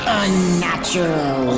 unnatural